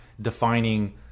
defining